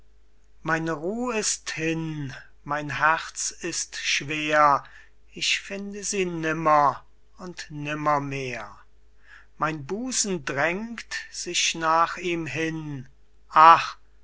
meine ruh ist hin mein herz ist schwer ich finde sie nimmer und nimmermehr mein busen drängt sich nach ihm hin ach